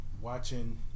watching